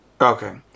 Okay